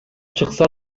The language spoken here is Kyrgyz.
чыкса